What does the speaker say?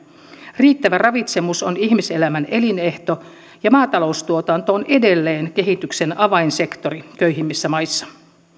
riittävä ravitsemus on ihmiselämän elinehto ja maataloustuotanto on edelleen kehityksen avainsektori köyhimmissä maissa